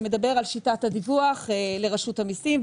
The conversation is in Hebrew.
שמדבר על שיטת הדיווח לרשות המסים,